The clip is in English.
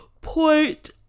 point